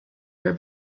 her